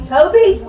Toby